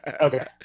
Okay